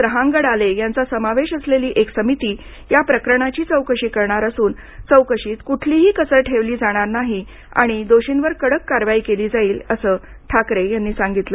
रहांगडाले यांचा समावेश असलेली एक समिती याप्रकरणाची चौकशी करणार असून चौकशीत कुठलीही कसर ठेवली जाणार नाही आणि दोषींवर कडक कारवाई केली जाईल असं ठाकरे यांनी सांगितलं